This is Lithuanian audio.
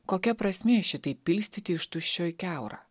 kokia prasmė šitaip pilstyti iš tuščio į kiaurą